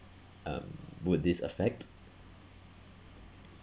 um would this affect